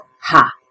Ha